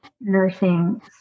nursing